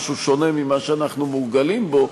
משהו שונה ממה שאנחנו מורגלים בו,